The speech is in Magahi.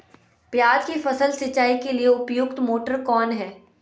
प्याज की फसल सिंचाई के लिए उपयुक्त मोटर कौन है?